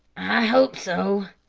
hope so,